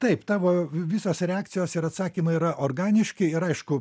taip tavo visos reakcijos ir atsakymai yra organiški ir aišku